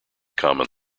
common